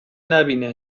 نبینه